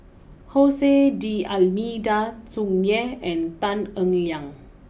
Jose D Almeida Tsung Yeh and Tan Eng Liang